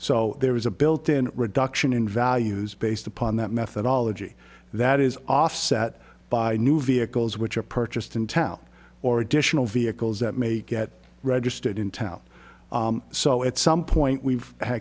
so there is a built in reduction in values based upon that methodology that is offset by new vehicles which are purchased in town or additional vehicles that may get registered in town so at some point we've had